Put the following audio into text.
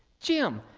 jim,